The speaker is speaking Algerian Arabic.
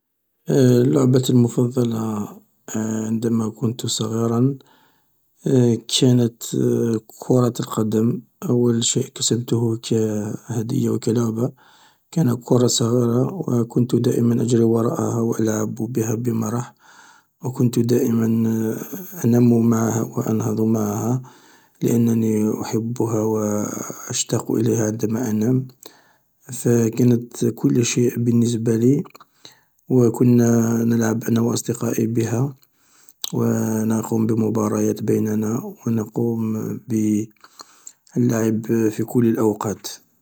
لعبتي المفضلة عندما كنت صغيرا كانت كرة القدم أول شيء كسبته كهدية او كلعبة كان كرة صغيرة كنت دائما أجري وراءها أو ألعب بها بمرح و كنت دائما أنام معها و أنهض معها لأنني أحبها و أشتاق إليها عندما أنام فكانت كل شيء بالنسبة لي و كنا نلعب أنا و أصدقائي بها و نقوم بمباريات بيننا و نقوم باللعب في كل الأوقات.